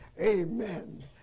amen